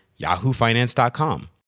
yahoofinance.com